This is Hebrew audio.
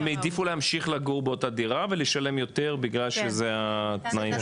הם העדיפו להמשיך לגור באותה דירה ולשלם יותר בגלל שזה התנאים.